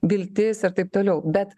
viltis ir taip toliau bet